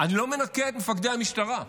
אני לא מנקה את מפקדי המשטרה.